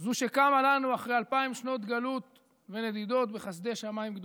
זו שקמה לנו אחרי אלפיים שנות גלות ונדידות בחסדי שמיים גדולים.